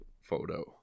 photo